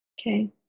Okay